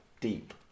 deep